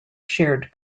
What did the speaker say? shared